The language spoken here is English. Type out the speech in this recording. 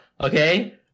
okay